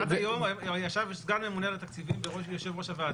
עד היום ישב סגן הממונה על התקציבים כיושב-ראש הוועדה.